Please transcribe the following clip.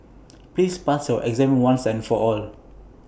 please pass your exam once and for all